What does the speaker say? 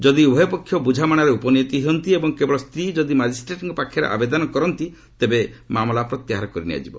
ଯଦି ଉଭୟପକ୍ଷ ବୁଝାମଣାରେ ଉପନୀତ ହୁଅନ୍ତି ଏବଂ କେବଳ ସ୍ତ୍ରୀ ଯଦି ମାକ୍ଷ୍ଟ୍ରେଟ୍ଙ୍କ ପାଖରେ ଆବେଦନ କରନ୍ତି ତେବେ ମାମଲା ପ୍ରତ୍ୟାହାର କରିନିଆଯିବ